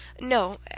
No